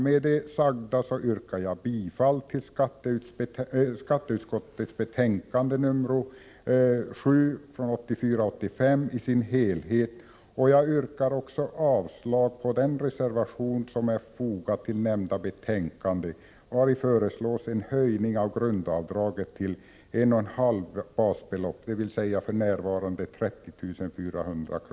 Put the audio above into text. Med det sagda yrkar jag bifall till skatteutskottets hemställan i betänkande 1984/85:7 i sin helhet. Jag yrkar avslag på den reservation som är fogad till nämnda betänkande, vari föreslås en höjning av grundavdraget till 1,5 basbelopp, dvs. 30 400 kr.